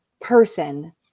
person